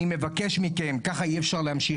אני מבקש מכם, ככה אי אפשר להמשיך.